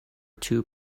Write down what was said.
two